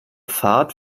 fahrt